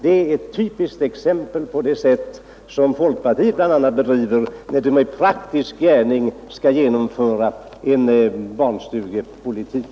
Det är ett typiskt exempel på hur folkpartiet i praktisk gärning genomför en barnstugepolitik.